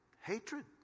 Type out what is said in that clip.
hatred